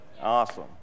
Awesome